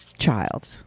child